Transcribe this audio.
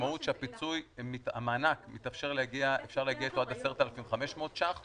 המשמעות היא שאפשר להגיע עם המענק עד 10,500 שקלים